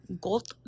gold